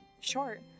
short